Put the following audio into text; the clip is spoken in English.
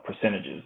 percentages